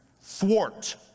thwart